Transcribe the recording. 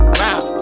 round